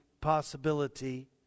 possibility